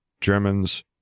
Germans